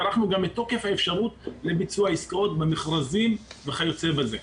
והארכנו גם את תוקף האפשרות לביצוע עסקאות במכרזים וכיוצא בזה.